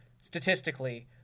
statistically